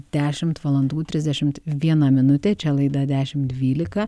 dešimt valandų trisdešimt viena minutė čia laida dešimt dvylika